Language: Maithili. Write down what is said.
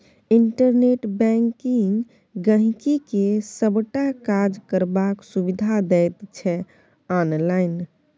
इंटरनेट बैंकिंग गांहिकी के सबटा काज करबाक सुविधा दैत छै आनलाइन